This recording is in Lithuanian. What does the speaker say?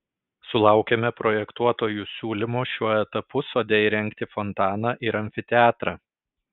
sulaukėme projektuotojų siūlymo šiuo etapu sode įrengti fontaną ir amfiteatrą